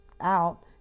out